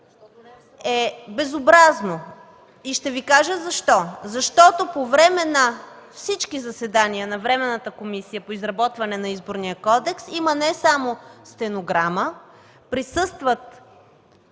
... е безобразно. И ще Ви кажа защо. По време на всички заседания на Временната комисия по изработване на Изборния кодекс има не само стенограма, присъстват